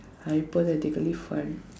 hypothetically fun